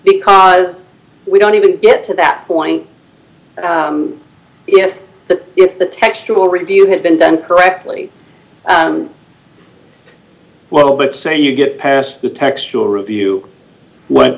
because we don't even get to that point if the if the textual review has been done correctly well let's say you get past the textual review what